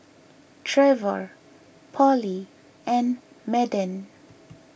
Trevor Polly and Madden